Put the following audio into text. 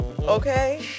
Okay